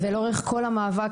לאורך כל המאבק,